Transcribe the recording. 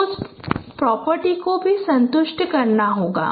तो उस प्रॉपर्टी को भी संतुष्ट करना चाहिए